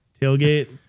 tailgate